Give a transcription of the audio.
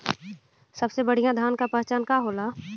सबसे बढ़ियां धान का पहचान का होला?